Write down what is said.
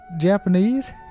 Japanese